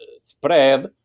spread